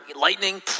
lightning